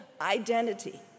identity